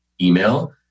email